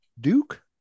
Duke